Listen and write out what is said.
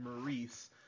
Maurice